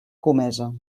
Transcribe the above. comesa